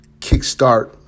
kickstart